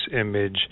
image